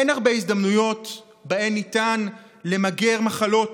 אין הרבה הזדמנויות שבהן ניתן למגר מחלות